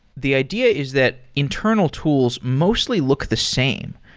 the idea is that internal tools mostly look the same.